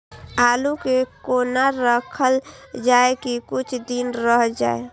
आलू के कोना राखल जाय की कुछ दिन रह जाय?